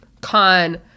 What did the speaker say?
Con